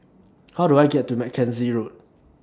How Do I get to Mackenzie Road